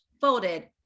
folded